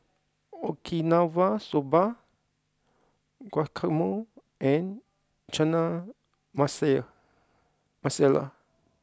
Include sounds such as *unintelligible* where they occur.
Okinawa Soba Guacamole and Chana *unintelligible* Masala